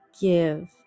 give